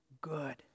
good